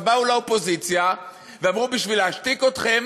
אז באו לאופוזיציה ואמרו: בשביל להשתיק אתכם,